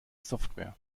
software